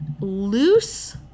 loose